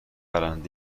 برند